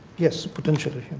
yes. potentially.